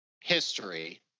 history